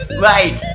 Right